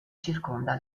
circonda